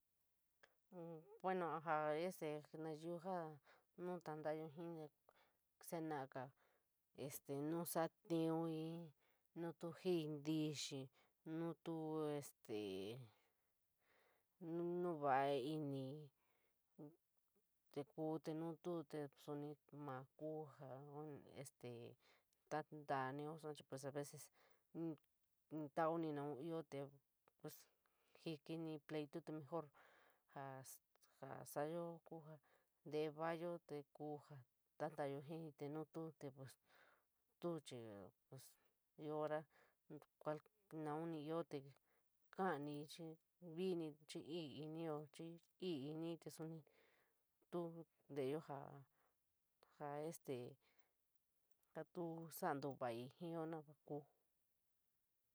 Buena, soa este, nayúu ja nu tantayo, jijí, senaaga este no satíuu, nu tu jií ntiñe nutu este, nu vota init te ku, nutu te soni ma ku, ja este tantanío soa chi aveces, n taunii naun ioo te jikini pleitu mejor ja, ja, sadyo ku ja nteé volayo, te ku ja tantayo jií nututé, pos tuo chir ioo hora cualnaun ni ioo te kalaníii, i’ i’ ni chi (ii inio), chi ii inii te soni tu televo ja, ja, este natu salo te vañ jiyo nava ku.